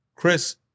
Chris